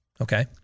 okay